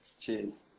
Cheers